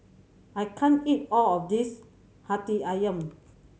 I can't eat all of this Hati Ayam